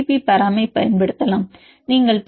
B பராமைப் பயன்படுத்தலாம் நீங்கள் பி